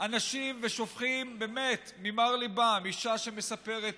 אנשים ושופכים, באמת, ממר ליבם, אישה שמספרת